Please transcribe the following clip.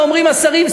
ואומרים השרים,